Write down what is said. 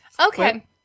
Okay